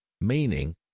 meaning